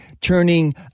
turning